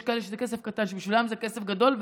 יש כאלה שבשבילם זה כסף גדול,